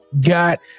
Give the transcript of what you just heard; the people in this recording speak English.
got